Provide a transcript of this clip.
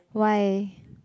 why